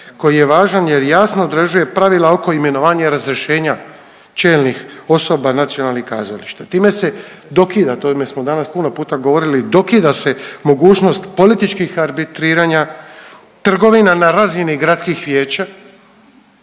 koji je važan jer jasno određuje pravila oko imenovanja i razrješenja čelnih osoba nacionalnih kazališta. Time se dokida o tome smo danas puno puta govorili, dokida se mogućnost političkih arbitriranja, trgovina na razini gradskih vijeća